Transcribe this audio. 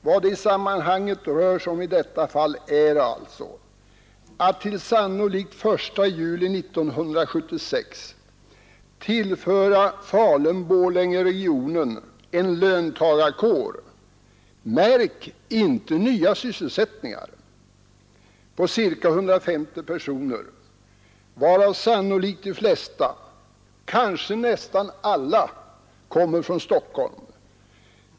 Vad det i sammanhanget rör sig om i detta fall är alltså att, sannolikt till den 1 juli 1976, tillföra Falun-Borlängeregionen en löntagarkår — märk, inte nya sysselsättningar — på ca 150 personer, varav sannolikt de flesta, kanske nästan alla, kommer från Stockholm.